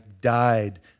died